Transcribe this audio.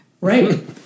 Right